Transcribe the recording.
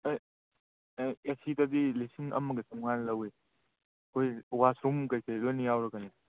ꯑꯦ ꯁꯤꯗꯗꯤ ꯂꯤꯁꯤꯡ ꯑꯃꯒ ꯆꯥꯝꯉꯥ ꯂꯧꯏ ꯑꯩꯈꯣꯏ ꯋꯥꯁꯔꯨꯝ ꯀꯔꯤ ꯀꯔꯤ ꯂꯣꯏꯅ ꯌꯥꯎꯔꯛꯀꯅꯤ